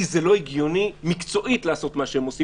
כי זה לא הגיוני מקצועית לעשות מה שהם עושים,